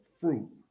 fruit